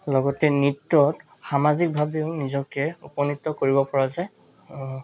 লগতে নিত্যত সামাজিকভাৱেও নিজকে উপনীত কৰিব পৰা যায়